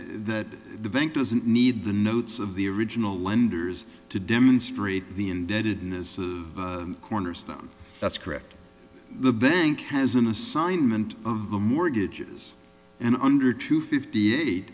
that the bank doesn't need the notes of the original lenders to demonstrate the indebtedness cornerstone that's correct the bank has an assignment of the mortgages and under two fifty eight